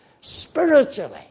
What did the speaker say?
spiritually